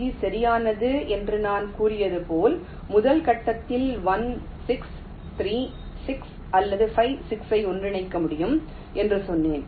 G சரியானது என்று நான் கூறியது போல முதல் கட்டத்தில் 1 6 3 6 அல்லது 5 6 ஐ ஒன்றிணைக்க முடியும் என்று சொன்னேன்